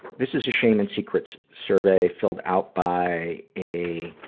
this is a shame and secret survey filled out by a,